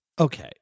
okay